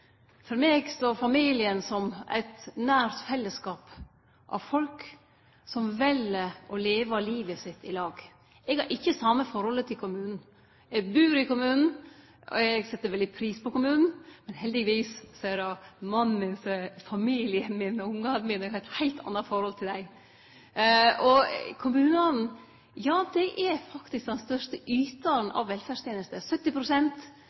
For meg står familien som ein nær fellesskap av folk som vel å leve livet sitt i lag. Eg har ikkje same forholdet til kommunen. Eg bur i kommunen, eg set veldig pris på kommunen, men heldigvis er det mannen min og barna mine som er familien min, og eg har eit heilt anna forhold til dei. Kommunane – ja, dei er dei største